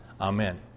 Amen